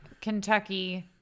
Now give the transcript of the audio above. Kentucky